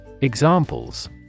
Examples